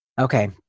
Okay